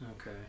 Okay